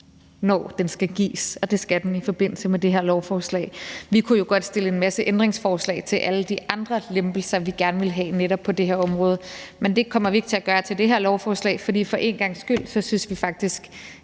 når den skal gives, og det skal den i forbindelse med det her lovforslag. Vi kunne jo godt stille en masse ændringsforslag om alle de andre lempelser, vi gerne ville have netop på det her område, men det kommer vi ikke til at gøre til det her lovforslag, fordi for én gangs skyld synes vi faktisk,